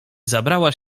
zabrała